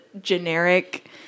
generic